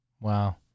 Wow